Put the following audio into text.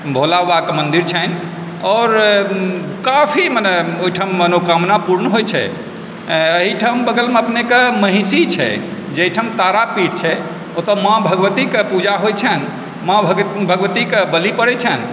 भोलाबाबाके मन्दिर छनि आओर काफी मने ओहिठाम मनोकामना पूर्ण होइ छै एहिठाम बगलमे अपनेके महिषी छै जाहिठाम तारापीठ छै ओतऽ माँ भगवतीकेँ पूजा होइ छनि माँ भगवतीकेँ बलि पड़ै छनि